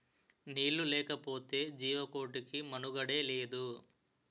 నీళ్లు లేకపోతె జీవకోటికి మనుగడే లేదు